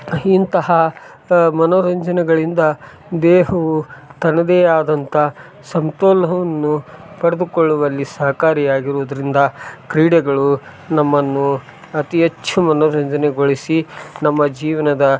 ಇಂತಹ ಮನೋರಂಜನೆಗಳಿಂದ ದೇಹವು ತನ್ನದೆ ಆದಂತ ಸಮತೋಲ್ನವನ್ನು ಪಡೆದುಕೊಳ್ಳುವಲ್ಲಿ ಸಹಕಾರಿ ಆಗಿರೋದ್ರಿಂದ ಕ್ರೀಡೆಗಳು ನಮ್ಮನ್ನು ಅತಿ ಹೆಚ್ಚು ಮನೋರಂಜನೆಗೊಳಿಸಿ ನಮ್ಮ ಜೀವನದ